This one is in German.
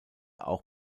auch